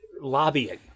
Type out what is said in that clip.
lobbying